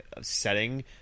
setting